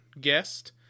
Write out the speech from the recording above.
guest